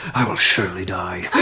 i will surely die.